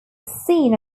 scene